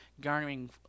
garnering